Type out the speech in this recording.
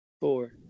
Four